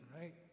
right